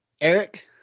eric